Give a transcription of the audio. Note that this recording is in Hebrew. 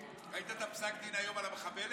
ראית את פסק הדין היום על המחבלת?